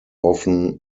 often